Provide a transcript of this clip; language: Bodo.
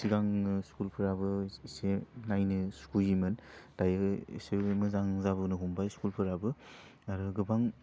सिगां स्कुलफ्राबो इसे इसे नायनो सुखुवैमोन दायो एसे मोजां जाबोनो हमबाय स्कुलफोराबो आरो गोबां